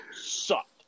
sucked